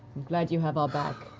glad you have our back.